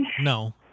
No